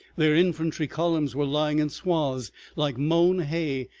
their infantry columns were lying in swathes like mown hay,